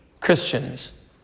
Christians